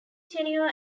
tenure